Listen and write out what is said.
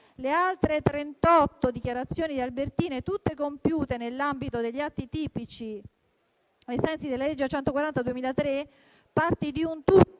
trentotto dichiarazioni di Albertini, tutte compiute nell'ambito degli atti tipici ai sensi della legge n. 140 n. 2003, parti di un tutto